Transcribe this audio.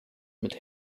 mit